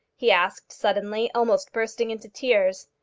he asked suddenly, almost bursting into tears.